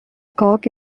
cock